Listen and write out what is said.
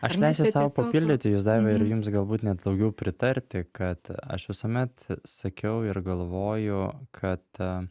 aš leisiu sau papildyti jus daiva ir jums galbūt net daugiau pritarti kad aš visuomet sakiau ir galvoju kad